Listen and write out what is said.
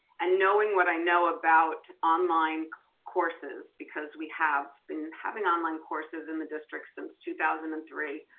and knowing what i know about online courses, because we have been having online courses in the district since two thousand and three.